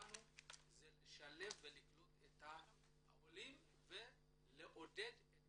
שהיא לשלב ולקלוט את העולים ולעודד את